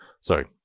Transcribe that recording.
sorry